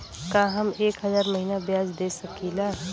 का हम एक हज़ार महीना ब्याज दे सकील?